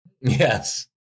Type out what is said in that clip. Yes